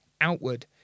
outward